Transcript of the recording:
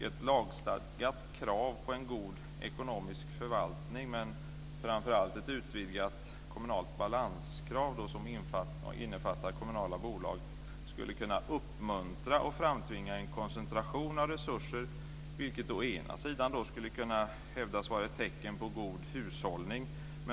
Ett lagstadgat krav på en god ekonomisk förvaltning, men framför allt ett utvidgat kommunalt balanskrav som innefattar kommunala bolag skulle kunna uppmuntra och framtvinga en koncentration av resurser. Det skulle å ena sidan kunna hävdas vara ett tecken på god hushållning.